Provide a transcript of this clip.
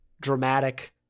dramatic